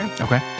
Okay